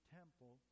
temple